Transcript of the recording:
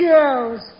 Girls